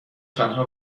تنها